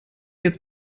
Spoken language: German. jetzt